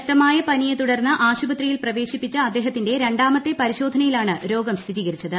ശക്തമായ പനിയ്ക്കു തുടർന്ന് ആശുപത്രിയിൽ പ്രവേശിപ്പിച്ച അദ്ദേഹത്തിന്റെ രണ്ടാമത്തെ പരിശോധന യിലാണ് രോഗം സ്ഥിരിക്കിച്ചത്